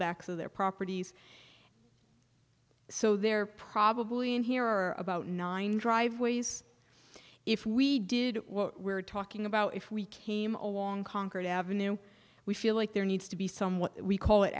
backs of their properties so they're probably in here are about nine driveways if we did what we're talking about if we came along concord avenue we feel like there needs to be some what we call it